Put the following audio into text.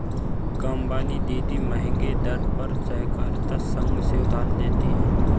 कामवाली दीदी महंगे दर पर सहकारिता संघ से उधार लेती है